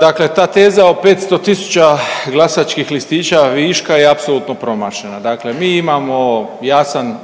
Dakle, ta teza o 500 tisuća glasačkih listića je apsolutno promašena. Dakle, mi imamo jasan